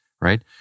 Right